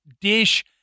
dish